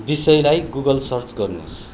विषयलाई Google search गर्नुहोस्